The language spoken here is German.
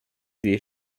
die